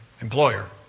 employer